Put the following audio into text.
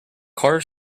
car